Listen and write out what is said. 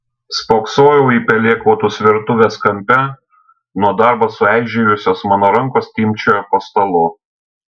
spoksojau į pelėkautus virtuves kampe nuo darbo sueižėjusios mano rankos timpčiojo po stalu